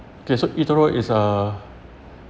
okay so etoro is a